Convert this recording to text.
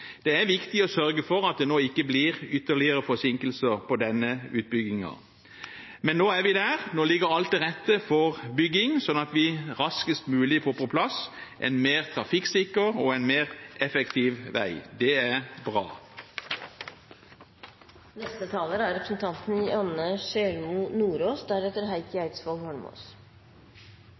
Det er viktig å sørge for at det nå ikke blir ytterligere forsinkelser på denne utbyggingen. Men nå er vi der, nå ligger alt til rette for bygging, sånn at vi raskest mulig får på plass en mer trafikksikker og en mer effektiv vei. Det er bra. Det er